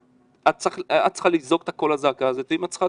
את צריכה לזעוק את הזעקה הזו ואם את צריכה